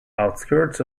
outskirts